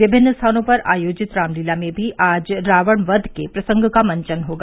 विभिन्न स्थानों पर आयोजित रामलीला में भी आज रावण वध के प्रसंग का मंचन होगा